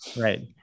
Right